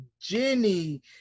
Jenny